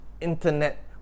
internet